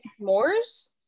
S'mores